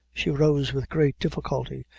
she rose with great difficulty,